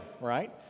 Right